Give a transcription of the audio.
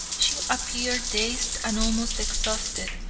she appeared dazed and almost exhausted.